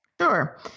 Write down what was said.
Sure